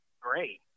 great